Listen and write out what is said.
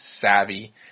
savvy